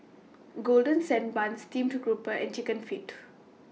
Golden Sand Bun Steamed Grouper and Chicken Feet